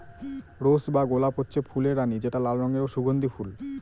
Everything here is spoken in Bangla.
রোস বা গলাপ হচ্ছে ফুলের রানী যেটা লাল রঙের ও সুগন্ধি ফুল